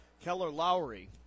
Keller-Lowry